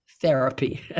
therapy